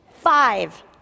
five